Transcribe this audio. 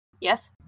yes